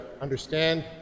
understand